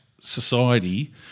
society